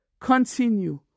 Continue